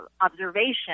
observation